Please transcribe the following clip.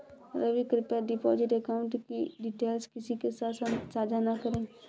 रवि, कृप्या deposit account की details किसी के साथ सांझा न करें